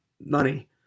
money